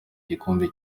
gikombe